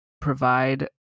provide